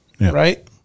right